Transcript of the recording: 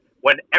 whenever